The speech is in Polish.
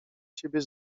ciebie